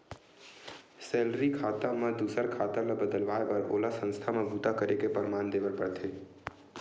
salary खाता म दूसर खाता ल बदलवाए बर ओला संस्था म बूता करे के परमान देबर परथे